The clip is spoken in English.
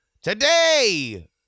Today